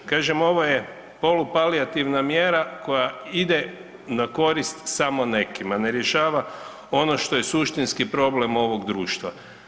Kažem, ovo je polupalijativna mjera koja ide na korist samo nekih, ne rješava ono što je suštinski problem ovog društva.